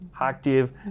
active